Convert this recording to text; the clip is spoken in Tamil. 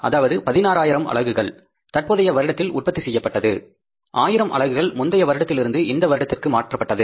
அதாவது 16000 அலகுகள் தற்போதைய வருடத்தில் உற்பத்தி செய்யப்பட்டது ஆயிரம் அலகுகள் முந்தைய வருடத்திலிருந்து இந்த வருடத்திற்கு மாற்றப்பட்டது